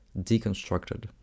deconstructed